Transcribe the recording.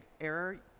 error